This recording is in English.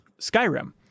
Skyrim